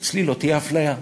אצלי לא תהיה אפליה.